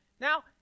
Now